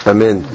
Amen